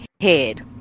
head